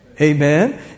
Amen